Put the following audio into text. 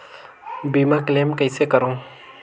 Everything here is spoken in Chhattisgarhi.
बीमा क्लेम कइसे करों?